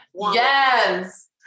Yes